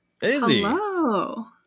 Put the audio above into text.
Hello